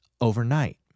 overnight